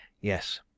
Yes